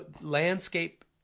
Landscape